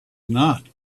not